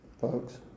folks